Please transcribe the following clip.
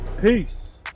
Peace